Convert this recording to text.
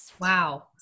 Wow